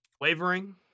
Wavering